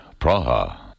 Praha